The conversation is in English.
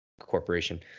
corporation